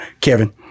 Kevin